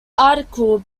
article